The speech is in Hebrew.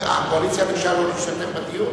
הקואליציה ביקשה לא להשתתף בדיון?